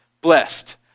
blessed